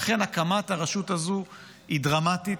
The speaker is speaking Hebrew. ולכן הקמת הרשות הזו היא דרמטית,